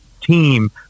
team